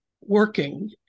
working